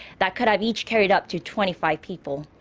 that could have each carried up to twenty five people.